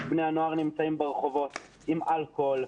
בני הנוער נמצאים ברחובות עם אלכוהול,